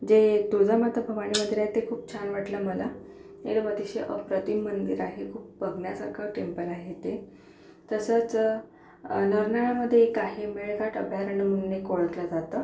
जे तुळजामाता भवानी मंदिर आहे ते खूप छान वाटलं मला ते पण अतिशय अप्रतिम मंदिर आहे खूप बघण्यासारखं टेम्पल आहे ते तसंच नरनाळामध्ये काही मेळघाट अभयारण्य म्हणून एक ओळखलं जातं